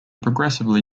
progressively